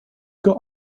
got